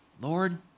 Lord